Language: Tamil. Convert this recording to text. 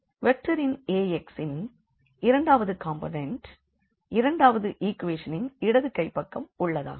வெக்டரின் AX ன் இரண்டாவது காம்போனண்ட் இரண்டாவது ஈக்வெஷன் ன் இடது கைப்பக்கம் உள்ளதாகும்